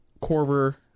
Corver